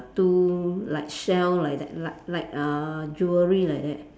two like shell like that like like uh jewellery like that